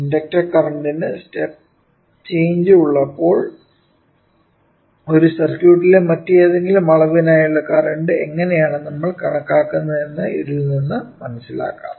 inductor കറന്റ്നു step change ഉള്ളപ്പോൾ ഒരു സർക്യൂട്ടിലെ മറ്റേതെങ്കിലും അളവിനായുള്ള കറന്റ് എങ്ങനെയാണ് നമ്മൾ കണക്കാക്കുന്നത് എന്ന് ഇതിൽ നിന്നും മനസിലാക്കാം